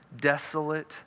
Desolate